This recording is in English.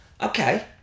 okay